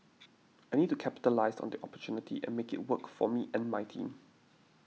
I need to capitalise on the opportunity and make it work for me and my team